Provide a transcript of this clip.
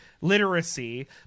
literacy